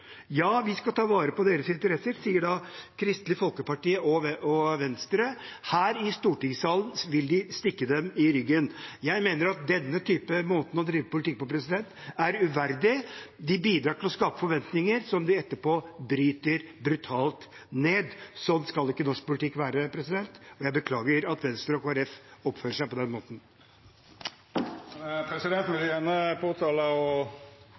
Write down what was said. Ja, vi skal ta vare på deres interesser, sier Kristelig Folkeparti og Venstre. Her i stortingssalen vil de stikke dem i ryggen. Jeg mener at denne måten å drive politikk på er uverdig. De bidrar til å skape forventninger som de etterpå bryter brutalt ned. Sånn skal ikke norsk politikk være. Jeg beklager at Venstre og Kristelig Folkeparti oppfører seg på den måten. Presidenten vil